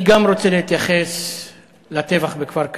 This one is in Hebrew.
גם אני רוצה להתייחס לטבח בכפר-קאסם.